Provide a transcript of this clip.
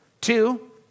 Two